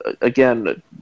again